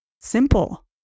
simple